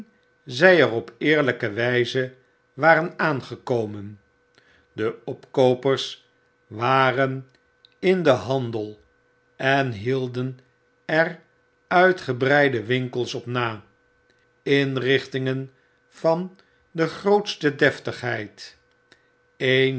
zy er op eerlyke wyze waren aangekomen de opkoopers waren in den handel en hielden er uitgebreide winkels op na inrichtingen van de grootste deftigheid